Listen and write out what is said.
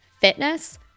Fitness